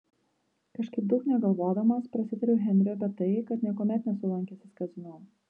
kažkaip daug negalvodamas prasitariau henriui apie tai kad niekuomet nesu lankęsis kazino